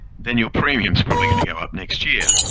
then your premium is probably going to go up next year.